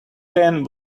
pen